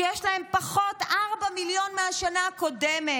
שיש להן 4 מיליון פחות מהשנה הקודמת,